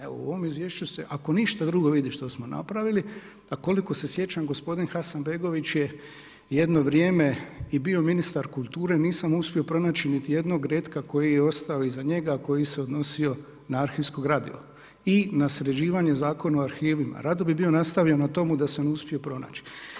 Evo u ovom izvješću se, ako ništa drugo, vidi što smo napravili, a koliko se sjećam gospodin Hasanbegović je jedno vrijeme bio ministar kulture, nisam uspio pronaći niti jednog retka koji je ostao iza njega, a koji se odnosio na arhivsko gradivo i na sređivanje Zakona o arhivima, rado bi bio nastavio na tomu da sam uspio pronaći.